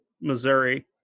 missouri